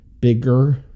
bigger